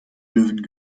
löwen